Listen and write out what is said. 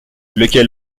lequel